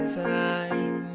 time